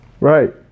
Right